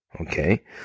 Okay